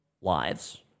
lives